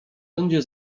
będzie